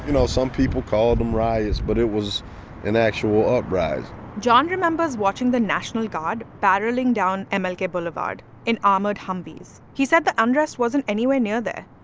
know, some people called them riots, but it was an actual uprising john remembers watching the national guard barreling down and mlk boulevard in armored humvees. he said the unrest wasn't anywhere near there,